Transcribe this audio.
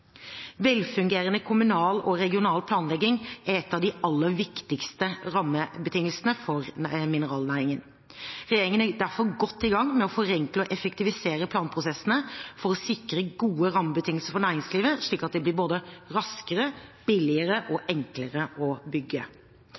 Velfungerende kommunal og regional planlegging er en av de viktigste rammebetingelsene for mineralnæringen. Regjeringen er derfor godt i gang med å forenkle og effektivisere planprosessene for å sikre gode rammebetingelser for næringslivet, slik at det blir både raskere, billigere og enklere å bygge.